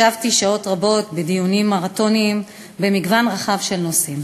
ישבתי שעות רבות בדיונים מרתוניים במגוון רחב של נושאים.